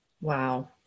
Wow